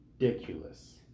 ridiculous